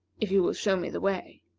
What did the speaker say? if you will show me the way.